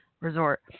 Resort